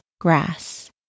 grass